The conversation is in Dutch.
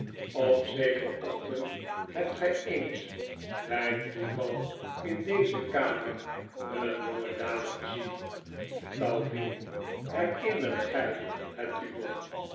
op zekefen ochtend hebt gij eens bij toeval in deze kamer een jongedame gezien die flauw viel herinnert gij het u nog